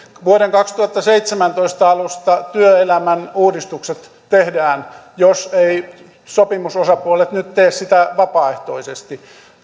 vuoden kaksituhattaseitsemäntoista alusta työelämän uudistukset tehdään jos eivät sopimusosapuolet nyt tee sitä vapaaehtoisesti